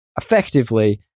effectively